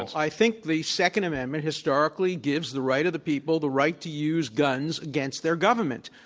i think the second amendment historically gives the right of the people the right to use guns against their government.